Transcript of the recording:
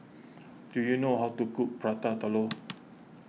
do you know how to cook Prata Telur